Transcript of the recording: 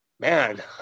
man